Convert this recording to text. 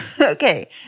okay